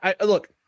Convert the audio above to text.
Look